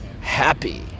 happy